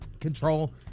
control